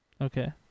Okay